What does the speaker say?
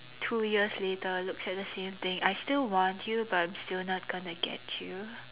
two years later looks at the same thing I still want you but I'm still not gonna get you